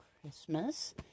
Christmas